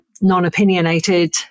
non-opinionated